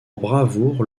bravoure